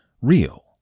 real